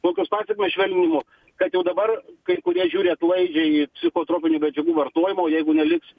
kokios pasekmės švelninimo kad jau dabar kai kurie žiūri atlaidžiai į psichotropinių medžiagų vartojimą o jeigu neliks